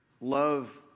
Love